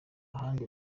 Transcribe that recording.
handi